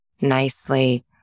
nicely